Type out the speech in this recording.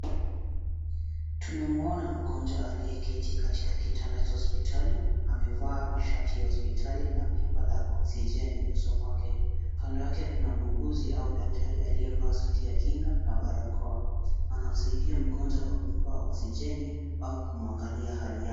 Tunamuona mgonjwa aliyeketi katika kitanda cha hospitali amevaa mavazi ya hospitali na pipa la osijeni usoni mwake. Kando yake kuna muuguzi au daktari alivaa suti ya kinga na barakoa na anasaidia mgonjwa kwa kumpa osijeni au kumwangalia hali yake.